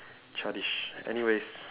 childish anyways